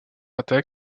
attaque